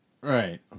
Right